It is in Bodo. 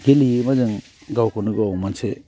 गेलेयोबा जों गावखौनो गाव मोनसे